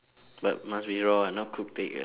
but must be raw [one] not cooked egg ah